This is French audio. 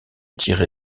tirer